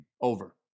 Over